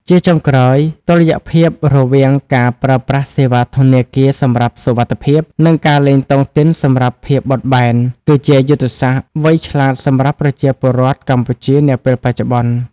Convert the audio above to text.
ជាចុងក្រោយ តុល្យភាពរវាងការប្រើប្រាស់សេវាធនាគារសម្រាប់សុវត្ថិភាព និងការលេងតុងទីនសម្រាប់ភាពបត់បែន គឺជាយុទ្ធសាស្ត្រវៃឆ្លាតសម្រាប់ប្រជាពលរដ្ឋកម្ពុជានាពេលបច្ចុប្បន្ន។